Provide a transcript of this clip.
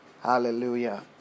Hallelujah